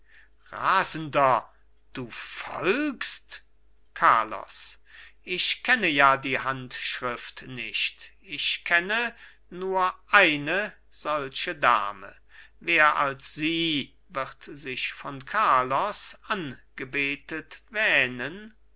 rasender du folgst carlos ich kenne ja die handschrift nicht ich kenne nur eine solche dame wer als sie wird sich von carlos angebetet wähnen